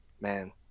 Man